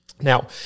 Now